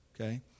Okay